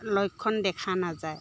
লক্ষণ দেখা নাযায়